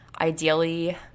ideally